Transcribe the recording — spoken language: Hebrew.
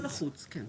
לא לחוץ, כן.